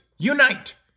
Unite